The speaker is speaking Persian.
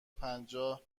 پنجاه